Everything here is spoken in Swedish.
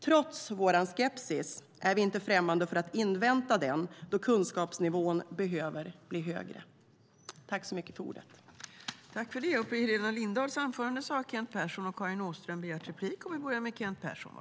Trots vår skepsis är vi inte främmande för att invänta utredningen, då kunskapsnivån behöver bli högre.